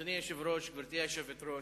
אדוני היושב-ראש, גברתי היושבת-ראש,